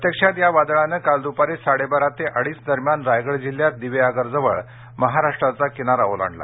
प्रत्यक्षात या वादळानं काल दुपारी साडेबारा ते अडीच दरम्यान रायगड जिल्ह्यात दिवेआगारजवळ महाराष्ट्राचा किनारा ओलांडला